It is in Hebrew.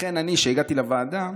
לכן אני, כשהגעתי לוועדה,